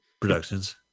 Productions